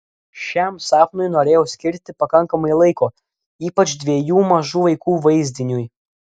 šiam sapnui norėjau skirti pakankamai laiko ypač dviejų mažų vaikų vaizdiniui